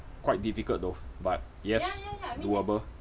quite difficult though but yes doable